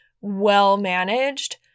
well-managed